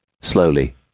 slowly